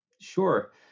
Sure